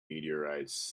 meteorites